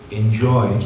enjoy